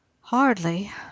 Hardly